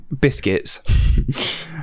biscuits